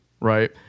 right